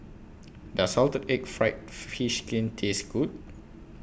Does Salted Egg Fried Fish Skin Taste Good